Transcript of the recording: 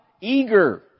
eager